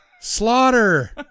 Slaughter